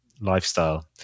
lifestyle